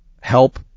help